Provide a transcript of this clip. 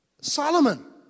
solomon